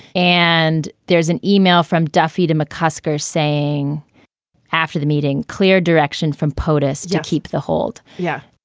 and there's an email from duffy to mccusker saying after the meeting, clear direction from podesta to keep the hold yeah.